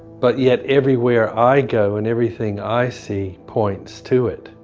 but yet everywhere i go and everything i see points to it.